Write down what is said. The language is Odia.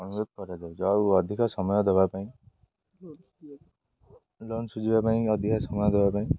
ଅନୁରୋଧ କରାଇ ଦଉଛ ଆଉ ଅଧିକ ସମୟ ଦବା ପାଇଁ ଲୋନ୍ ସୁଝିବା ପାଇଁ ଅଧିକା ସମୟ ଦବା ପାଇଁ